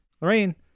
Lorraine